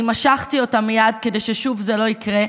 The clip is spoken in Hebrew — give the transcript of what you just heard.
אני משכתי אותה מייד, כדי ששוב זה לא יקרה.